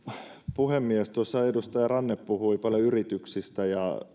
puhemies tuossa edustaja ranne puhui paljon yrityksistä